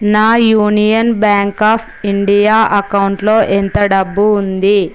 నా Union Bank of India అకౌంటులో ఎంత డబ్బు ఉంది